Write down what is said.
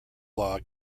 law